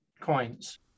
coins